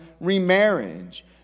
remarriage